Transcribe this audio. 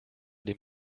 dem